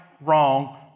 wrong